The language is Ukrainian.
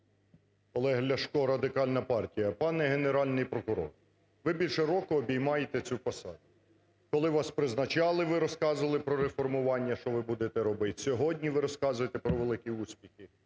Олег Ляшко, Радикальна партія. Пане Генеральний прокурор, ви більше року обіймаєте цю посаду. Коли вас призначали, ви розказували про реформування, що ви будете робить, сьогодні ви розказуєте про великі успіхи.